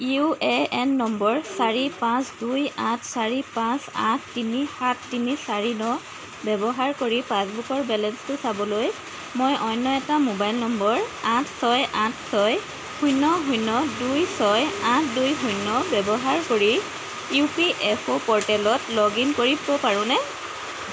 U A N number চাৰি পাঁচ দুই আঠ চাৰি পাঁচ আঠ তিনি সাত তিনি চাৰি ন ব্যৱহাৰ কৰি পাছবুকৰ বেলেঞ্চটো চাবলৈ মই অন্য এটা মোবাইল নম্বৰ আঠ ছয় আঠ ছয় শূন্য শূন্য দুই ছয় আঠ দুই শূন্য ব্যৱহাৰ কৰি ইউ পি এফ অ' প'ৰ্টেলত লগ ইন কৰিব পাৰোঁনে